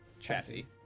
Chassis